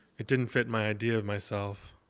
it didn't fit my idea of myself.